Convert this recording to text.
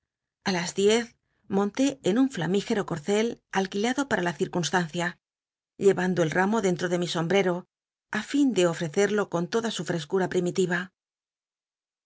ü las diel monté en un flamígero corcel alquilado para la circunstancia llcyando el ramo dentro de mi sombrero i fin de ofrecerlo con toda su frescura pl'imiti'a